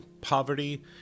poverty